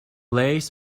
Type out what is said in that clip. lace